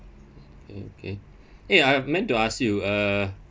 okay eh I've meant to ask you uh